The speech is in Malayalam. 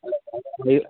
അത്